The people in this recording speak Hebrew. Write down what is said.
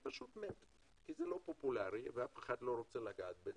זה פשוט כי זה נפט וזה לא פופולארי ואף אחד לא רוצה לגעת בזה.